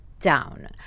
down